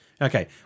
Okay